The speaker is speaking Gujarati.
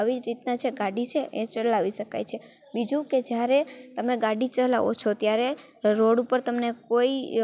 આવી જ રીતના જે ગાડી છે એ ચલાવી શકાય છે બીજું કે જ્યારે તમે ગાડી ચલાવો છો ત્યારે રોડ ઉપર તમને કોઈ